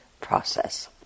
process